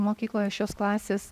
mokykloje šios klasės